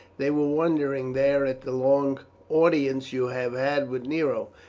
they were wondering there at the long audience you have had with nero.